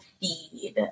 feed